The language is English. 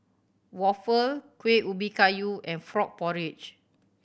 waffle Kuih Ubi Kayu and frog porridge